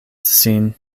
sin